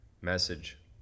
message